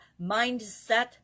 mindset